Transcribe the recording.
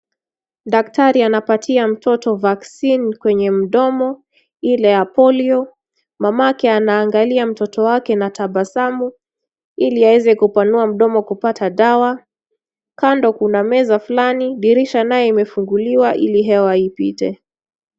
Daktari anapatia mtoto vaccine kwenye mdomo ile ya polio . Mamake anaangalia mtoto wake na tabasamu ili aweze kupanua mdomo kupata dawa. Kando kuna meza fulani. Dirisha nayo imefunguliwa ili hewa ipite.